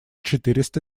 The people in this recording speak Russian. четыреста